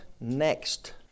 next